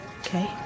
Okay